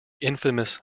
infamous